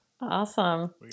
Awesome